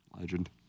Legend